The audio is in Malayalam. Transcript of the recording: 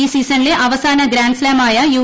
ഈ സീസണിലെ അവസാന ഗ്രാൻഡ് സ്ലാം ആയ യു